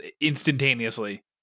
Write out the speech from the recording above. instantaneously